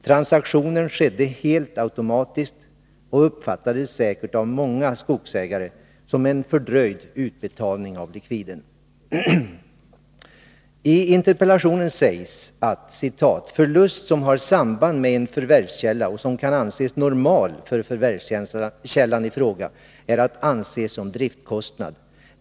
Transaktionen skedde helt automatiskt och uppfattades säkert av många skogsägare som en fördröjd utbetalning av likviden. T interpellationen sägs att ”förlust som har samband med en förvärvskälla och som kan anses normal för förvärvskällan i fråga är att anse som driftkostnad.